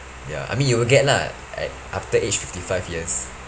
ya I mean you will get lah at after age fifty five years